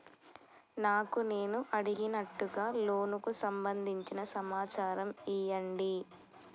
నాకు నేను అడిగినట్టుగా లోనుకు సంబందించిన సమాచారం ఇయ్యండి?